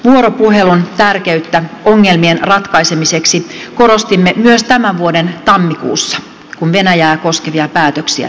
vuoropuhelun tärkeyttä ongelmien ratkaisemiseksi korostimme myös tämän vuoden tammikuussa kun venäjää koskevia päätöksiä tehtiin